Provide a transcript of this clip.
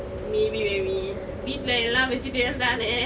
maybe maybe வீட்டுலே எல்லாம்:veetulei ellam vegetarian தானே:thaanei